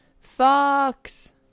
Fox